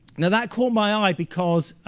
now that caught my eye because